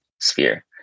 sphere